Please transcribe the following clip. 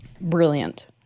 Brilliant